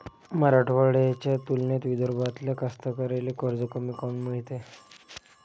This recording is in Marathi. मराठवाड्याच्या तुलनेत विदर्भातल्या कास्तकाराइले कर्ज कमी काऊन मिळते?